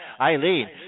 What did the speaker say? Eileen